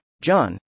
John